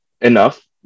enough